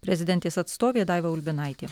prezidentės atstovė daiva ulbinaitė